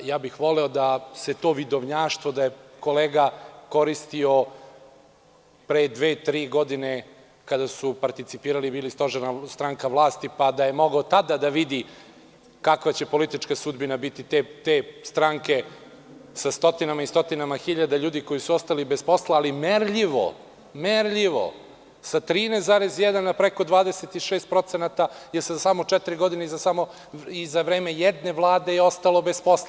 Voleo bih da se je to vidovnjaštvo kolega koristio pre dve-tri godine kada su participirali i bili stožerna stranka vlasti, pa da je mogao tada da vidi kakva će politička sudbina biti te stranke sa stotinama i stotinama hiljada ljudi koji su ostali bez posla, ali merljivo sa 13,1, a preko 26% za samo četiri godine i za vreme jedne Vlade je ostalo bez posla.